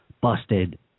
busted